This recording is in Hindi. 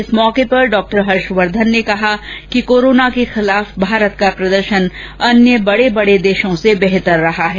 इस मौके पर डॉक्टर हर्ष वर्धन ने कहा कि कोरोना के खिलाफ भारत का प्रदर्शन अन्य बड़े बड़े देशों से बेहतर रहा है